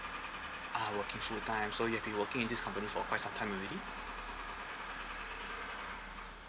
ah working fulltime so you've been working in this company for quite some time already